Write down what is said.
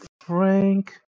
frank